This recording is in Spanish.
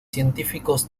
científicos